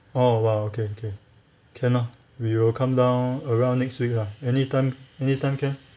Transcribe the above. oh !wow! okay okay can lah we will come down around next week lah anytime anytime can